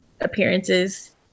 appearances